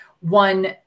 one